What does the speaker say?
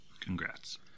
Congrats